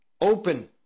Open